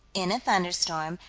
in a thunderstorm,